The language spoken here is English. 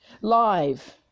live